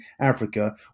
Africa